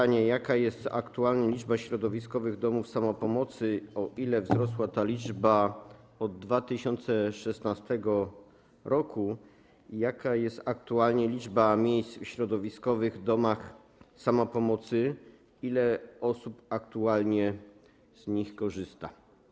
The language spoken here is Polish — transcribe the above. Pytanie: Jaka jest aktualnie liczba środowiskowych domów samopomocy, o ile wzrosła ta liczba od 2016 r., jaka jest aktualnie liczba miejsc w środowiskowych domach samopomocy i ile osób aktualnie z nich korzysta?